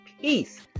peace